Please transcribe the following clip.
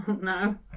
no